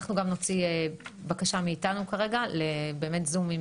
אנחנו גם נוציא בקשה מאתנו כרגע לזום עם